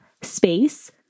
space